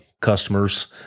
customers